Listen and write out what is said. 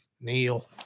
Neil